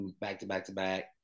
back-to-back-to-back